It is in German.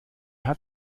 hat